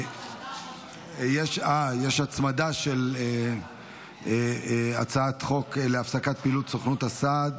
יש הצמדה של הצעת חוק להפסקת פעילות סוכנות הסעד